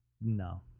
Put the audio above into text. No